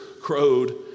crowed